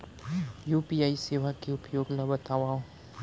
UPI सेवा के उपयोग ल बतावव?